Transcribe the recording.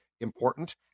important